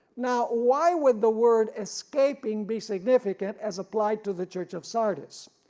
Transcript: now why would the word escaping be significant as applied to the church of sardis,